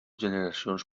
generacions